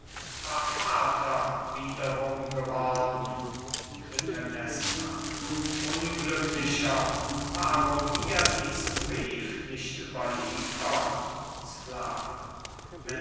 vater wiederum geworden klytämnestra unglücklicher warum mir diesen brief nicht überliefern sklave